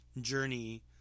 journey